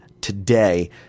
today